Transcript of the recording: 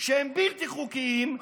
שהם בלתי חוקיים,